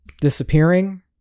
disappearing